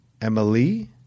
Emily